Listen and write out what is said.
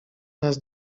nas